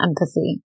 empathy